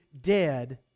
dead